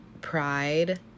pride